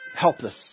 helpless